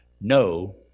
No